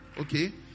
okay